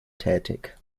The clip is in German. tätig